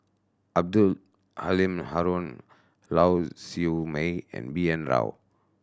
Abdul Halim Haron Lau Siew Mei and B N Rao